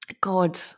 God